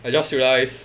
I just realize